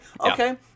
okay